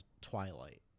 Twilight